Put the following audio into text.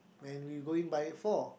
and we go in by four